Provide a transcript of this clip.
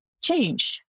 change